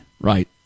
Right